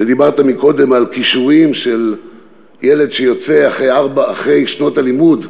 כשדיברת קודם על כישורים של ילד חרדי שיוצא אחרי שנות הלימוד,